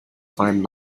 find